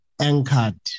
anchored